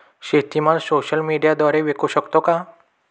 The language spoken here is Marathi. शेतीमाल सोशल मीडियाद्वारे विकू शकतो का?